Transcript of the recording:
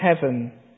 heaven